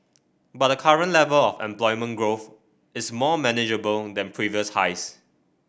but the current level of employment growth is more manageable than previous highs